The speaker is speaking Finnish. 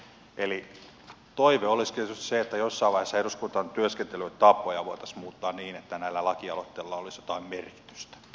eli toive olisi tietysti se että jossain vaiheessa eduskunnan työskentelytapoja voitaisiin muuttaa niin että näillä lakialoitteilla olisi jotain merkitystä